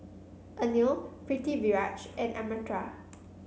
Anil Pritiviraj and Amartya